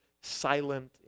silent